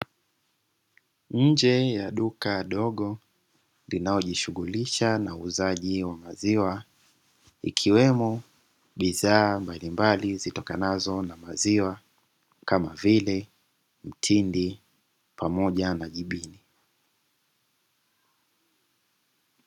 Nje ya duka dogo linalojishughulisha na uuzaji wa maziwa, ikiwemo bidhaa mbalimbali zitokanazo na maziwa kama vile mtindi pamoja na jibini.